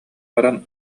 баран